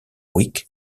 wick